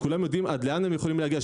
כשכולם יידעו עד לאן הם יכולים להגיע.